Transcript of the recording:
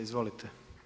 Izvolite.